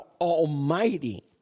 Almighty